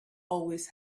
always